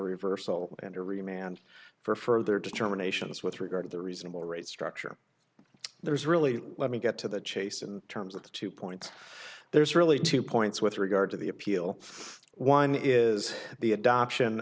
and for further determinations with regard to the reasonable rate structure there is really let me get to the chase in terms of the two points there's really two points with regard to the appeal one is the adoption